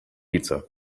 pizza